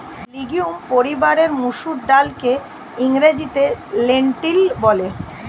legume পরিবারের মুসুর ডালকে ইংরেজিতে লেন্টিল বলে